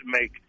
make